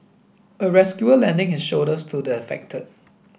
a rescuer lending his shoulder to the affected